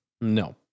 No